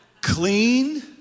Clean